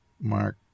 Mark